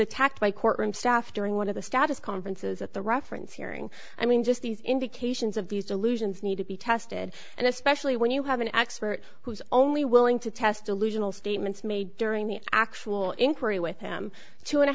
attacked by courtroom staff during one of the status conferences at the reference hearing i mean just these indications of these delusions need to be tested and especially when you have an expert who is only willing to test illusional statements made during the actual inquiry with him two and a